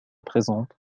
présente